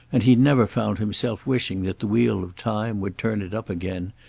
and he never found himself wishing that the wheel of time would turn it up again,